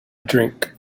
drink